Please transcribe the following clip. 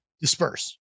Disperse